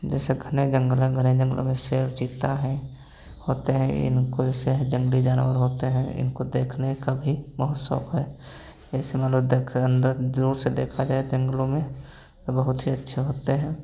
जैसे घने जंगल अगर हैं जंगलों में शेर चीता हैं होते हैं इनको जैसे हैं जंगली जानवर होते हैं इनको देखने का भी बहुत शौक है जैसे मान लो देखे अंदर दूर से देखा जाए जंगलों में तो बहुत ही अच्छा होते हैं